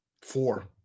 Four